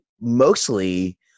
mostly